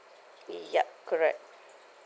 ya correct